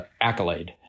accolade